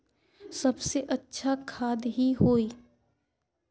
सबसे अच्छा खाद की होय?